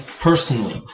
personally